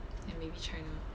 and maybe china